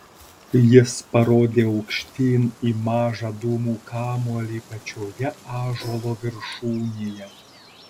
jis parodė aukštyn į mažą dūmų kamuolį pačioje ąžuolo viršūnėje